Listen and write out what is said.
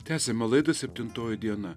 tęsiame laidą septintoji diena